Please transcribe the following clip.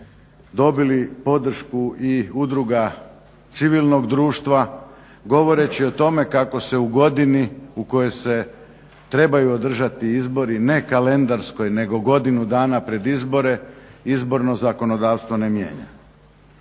dobili podršku i udruga civilnog društva govoreći o tome kako se u godini u kojoj se trebaju održati izbori, ne kalendarskoj, nego godinu dana pred izbore izborno zakonodavstvo ne mijenja.